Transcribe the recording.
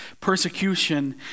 persecution